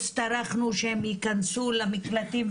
הצטרכנו שהן ייכנסו למקלטים,